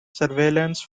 surveillance